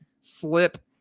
slip